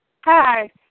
Hi